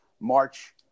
March